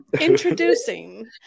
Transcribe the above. Introducing